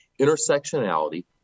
Intersectionality